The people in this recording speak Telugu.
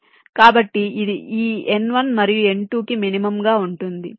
కాబట్టి ఇది ఈ n1 మరియు n2 కి మినిమం గా ఉంటుంది